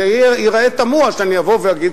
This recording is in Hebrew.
זה ייראה תמוה שאני אבוא ואגיד,